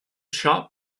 shop